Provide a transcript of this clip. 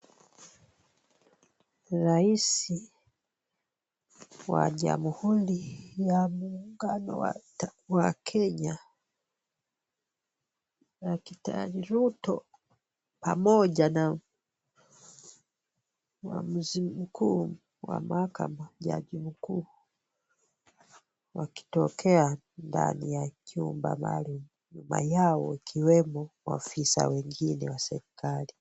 Rais wa jamuhuri ya muungano wa Kenya. Daktari Ruto pamoja na muamuzi mkuu wa mahakama, jaji mkuu wakitokea ndani ya chumba maalum. Nyuma yao ikiwemo maafisa wengine wa serikali.